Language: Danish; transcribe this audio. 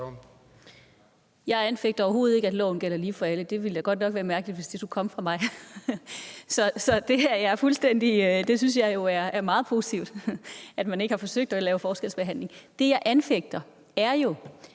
Jeg anfægter overhovedet ikke, at loven er lige for alle – det ville da godt nok være mærkeligt, hvis det skulle komme fra mig, at den ikke er det. Så jeg synes jo, det er meget positivt, at man ikke har forsøgt at lave forskelsbehandling. Det, jeg anfægter, er,